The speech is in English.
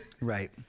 right